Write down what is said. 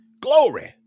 Glory